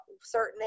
certain